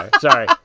Sorry